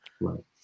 right